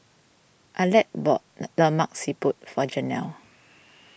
Alek bought Lemak Siput for Janell